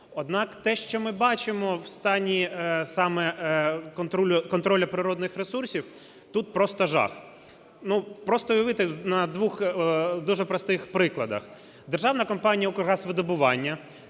Однак те, що ми бачимо в стані саме контролю природніх ресурсів, тут просто жах. Ну, просто уявіть на двох дуже простих прикладах. Державна компанія "Укргазвидобування",